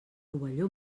rovelló